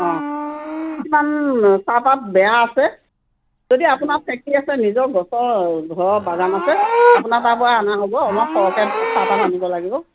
অ কিছুমান চাহপাত বেয়া আছে যদি আপোনাৰ ফেক্টৰী আছে নিজৰ গছৰ ঘৰৰ বাগান আছে আপোনাৰ তাৰ পৰাই অনা হ'ব অলপমান সৰহকৈ চাহপাত আনিব লাগিব